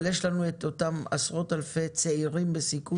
אבל יש לנו גם את אותם עשרות אלפי צעירים בסיכון,